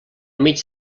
mig